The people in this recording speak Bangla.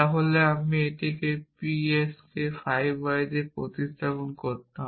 তাহলে আমি এটিকে p s k 5 y দিয়ে প্রতিস্থাপন করতাম